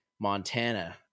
Montana